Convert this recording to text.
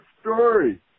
story